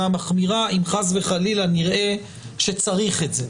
המחמירה אם חס וחלילה נראה שצריך את זה: